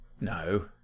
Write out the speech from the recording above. No